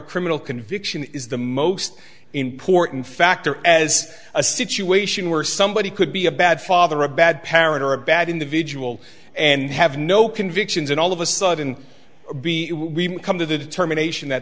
criminal conviction is the most important factor as a situation where somebody could be a bad father or a bad parent or a bad individual and have no convictions and all of a sudden we come to the determination that